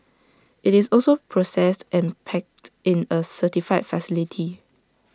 IT is also processed and packed in A certified facility